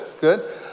Good